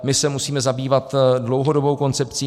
My se musíme zabývat dlouhodobou koncepcí.